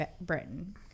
Britain